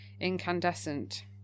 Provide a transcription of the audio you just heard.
incandescent